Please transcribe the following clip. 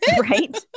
Right